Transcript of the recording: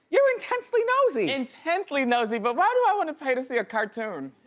you're intensely nosy. intensely nosy but why do i wanna pay to see a cartoon?